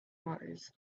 mars